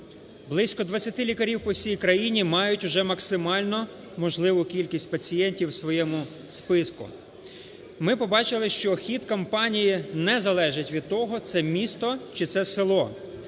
Близько 20 лікарів по всій країні мають уже максимально можливу кількість пацієнтів у своєму списку. Ми побачили, що хід кампанії не залежить від того, це місто чи це село.